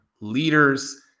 leaders